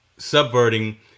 subverting